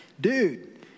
dude